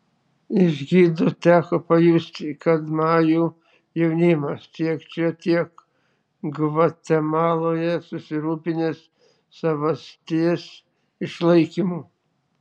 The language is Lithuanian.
iš gidų teko pajusti kad majų jaunimas tiek čia tiek gvatemaloje susirūpinęs savasties išlaikymu